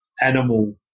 animal